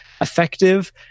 effective